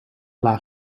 laag